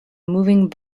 moving